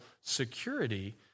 security